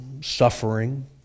suffering